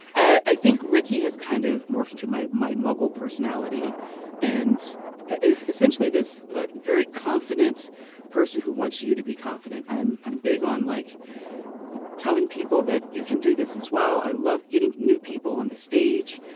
i think ricki has kind of morphed into my my muggle personality and it is essentially this very confident person who wants you to be confident. i'm i'm big on like telling people that you can do this as well. i love getting new people on the stage.